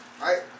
Right